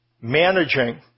managing